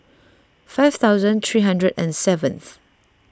five thousand three hundred and seventh